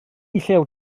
llew